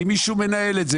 כי מישהו מנהל את זה,